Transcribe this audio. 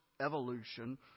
evolution